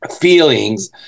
feelings